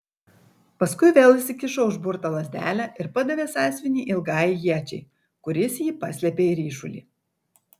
paskui vėl įsikišo užburtą lazdelę ir padavė sąsiuvinį ilgajai iečiai kuris jį paslėpė į ryšulį